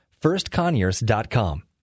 firstconyers.com